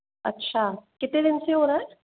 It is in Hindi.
अच्छा कितने दिनों से हो रहा है